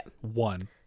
one